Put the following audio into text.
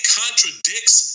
contradicts